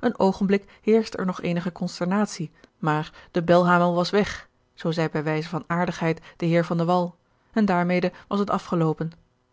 een oogenblik heerschte er nog eenige consternatie maar de belhamel was weg zoo zeî bij wijze van aardigheid de heer van de wall en daarmede was het afgeloopen